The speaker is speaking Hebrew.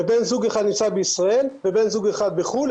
שבן זוג אחד נמצא בישראל ובן זוג אחד בחו"ל,